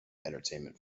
entertainment